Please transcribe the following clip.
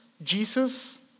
Jesus